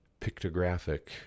pictographic